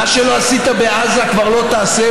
מה שלא עשית בעזה כבר לא תעשה,